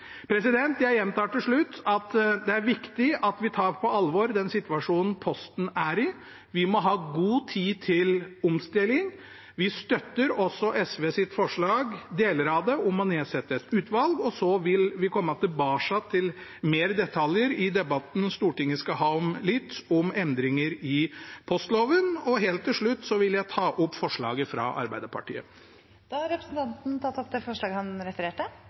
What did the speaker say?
omstilling. Vi støtter også deler av SVs forslag, om å nedsette et utvalg, og så vil vi komme tilbake til mer detaljer i debatten Stortinget skal ha om litt, om endringer i postloven. Og helt til slutt vil jeg ta opp forslaget fra Arbeiderpartiet. Representanten Sverre Myrli har tatt opp det forslaget han refererte